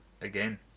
again